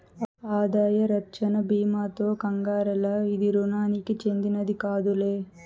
ఆదాయ రచ్చన బీమాతో కంగారేల, ఇది రుణానికి చెందినది కాదులే